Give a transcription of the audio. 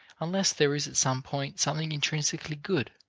unless there is at some point something intrinsically good,